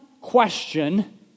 question